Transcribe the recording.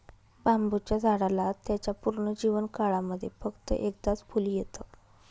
बांबुच्या झाडाला त्याच्या पूर्ण जीवन काळामध्ये फक्त एकदाच फुल येत